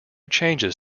changes